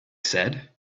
said